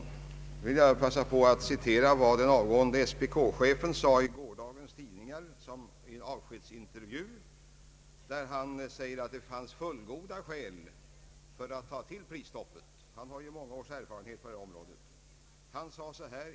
Jag vill passa på att citera vad den avgående SPK-chefen sade i gårdagens tidningar. I en avskedsintervju sade han att det fanns fullgoda skäl för att ta till prisstoppet — han har ju många års erfarenhet på detta område.